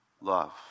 love